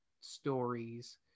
stories